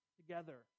together